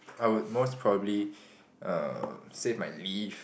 I would most probably um save my leave